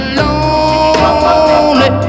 lonely